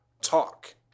Talk